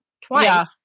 twice